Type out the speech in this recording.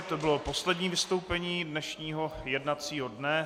To bylo poslední vystoupení dnešního jednacího dne.